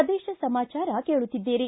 ಪ್ರದೇಶ ಸಮಾಚಾರ ಕೇಳುತ್ತಿದ್ದೀರಿ